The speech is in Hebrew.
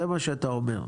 זה מה שאתה אומר.